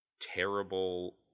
terrible